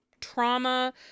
trauma